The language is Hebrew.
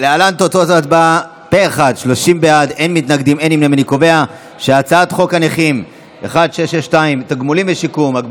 את הצעת חוק הנכים (תגמולים ושיקום) (תיקון,